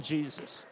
Jesus